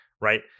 right